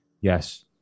yes